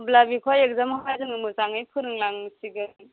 अब्ला बेखौहाय एक्जामावहाय जोङो मोजाङै फोरोंनांसिगोन